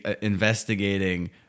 investigating